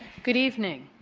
good evening.